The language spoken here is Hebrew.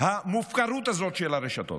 המופקרות הזאת של הרשתות.